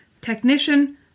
Technician